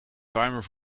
timer